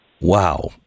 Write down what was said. Wow